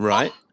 Right